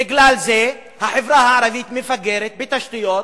בגלל זה החברה הערבית מפגרת בתשתיות,